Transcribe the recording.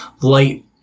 light